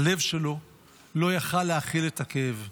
הלב שלו לא יכול היה להכיל את הכאב.